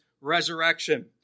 resurrection